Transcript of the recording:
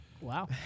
Wow